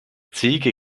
ziege